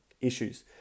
issues